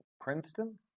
Princeton